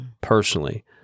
personally